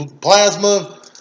plasma